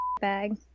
bag